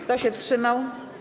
Kto się wstrzymał?